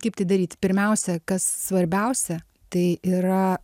kaip tai daryti pirmiausia kas svarbiausia tai yra